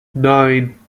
nine